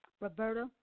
Roberta